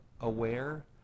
aware